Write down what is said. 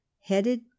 headed